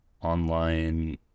online